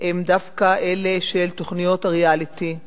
הם דווקא אלה של תוכניות הריאליטי,